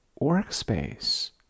workspace